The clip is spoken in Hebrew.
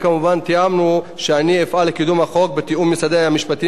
תיאמנו שאני אפעל לקידום החוק בתיאום עם משרד המשפטים